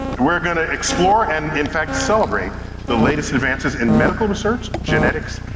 we're gonna explore, and in fact, celebrate the latest advances in medical research, genetics,